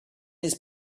his